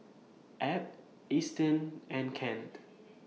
Ab Easton and Kent